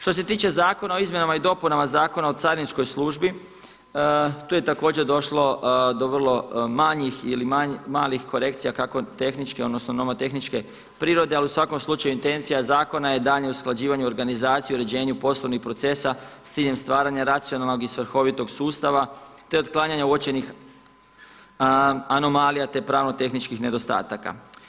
Što se tiče Zakona o izmjenama i dopunama Zakona o carinskoj službi, tu je također došlo do vrlo manjih ili malih korekcija, kako tehničkih, odnosno novotehničke prirode, ali u svakom slučaju intencija zakona je daljnje usklađivanje organizacije u uređenju poslovnih procesa s ciljem stvaranja racionalnog i svrhovitog sustava, te otklanjanja uočenih anomalija te pravno-tehničkih nedostataka.